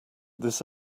this